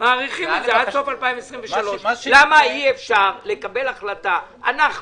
עד סוף 2023. למה אי אפשר לקבל החלטה אנחנו,